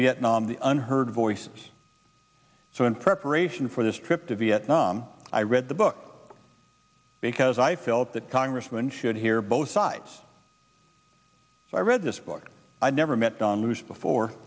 vietnam unheard voices so in preparation for this trip to vietnam i read the book because i felt that congressman should hear both sides i read this book i never met the news before